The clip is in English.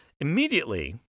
immediately